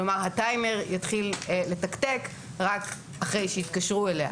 כלומר, הטיימר יתחיל לתקתק רק אחרי שהתקשרו אליה.